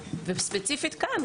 ספציפית כאן,